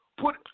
put